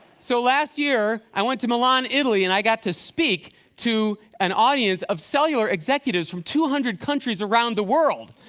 so last year i went to milan, italy, and i got to speak to an audience of cellular executives from two hundred countries around the world.